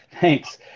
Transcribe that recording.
Thanks